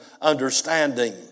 understanding